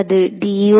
அது dudx